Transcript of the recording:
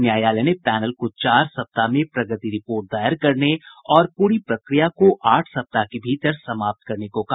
न्यायालय ने पैनल को चार सप्ताह में प्रगति रिपोर्ट दायर करने और पूरी प्रक्रिया को आठ सप्ताह के भीतर समाप्त करने को कहा